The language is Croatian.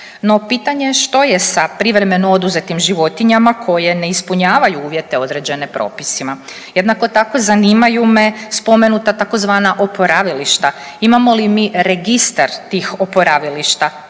No pitanje je što je sa privremeno oduzetim životinjama koje ne ispunjavaju uvjete određene propisima. Jednako tako zanimaju me spomenuta tzv. oporavilišta, imamo li mi registar tih oporavilišta,